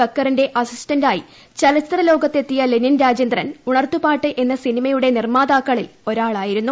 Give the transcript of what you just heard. ബക്ക റിന്റെ അസിസ്റ്റന്റായി ചലച്ചിത്ര ല്ലോകത്തെത്തിയ ലെനിൻ രാജേ ന്ദ്രൻ ഉണർത്തുപാട്ട് എന്ന സിന്രിമയുടെ നിർമ്മാതാക്കളിൽ ഒരാളാ യിരുന്നു